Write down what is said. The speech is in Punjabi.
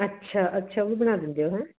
ਅੱਛਾ ਅੱਛਾ ਉਹਦੇ ਨਾਲ ਦਿੰਦੇ ਹੋ ਹੈ